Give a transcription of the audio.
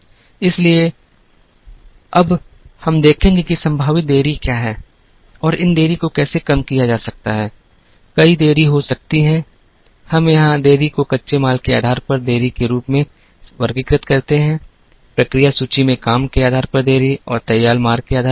इसलिए अब हम देखेंगे कि संभावित देरी क्या है और इन देरी को कैसे कम किया जा सकता है कई देरी हो सकती हैं हम यहां देरी को कच्चे माल के आधार पर देरी के रूप में वर्गीकृत करते हैं प्रक्रिया सूची में काम के आधार पर देरी और तैयार माल के आधार पर देरी